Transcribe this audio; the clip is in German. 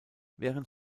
während